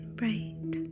bright